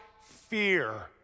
fear